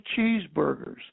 cheeseburgers